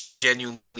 Genuinely